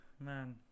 man